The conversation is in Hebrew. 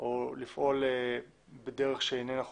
או לפעול בדרך שאיננה חוקית.